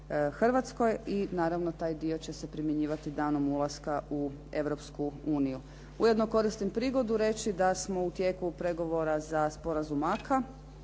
Hrvatskoj i naravno taj dio će se primjenjivati danom ulaska u Europsku Uniju. Ujedno koristim prigodu reći da smo u tijeku pregovora za sporazum aka,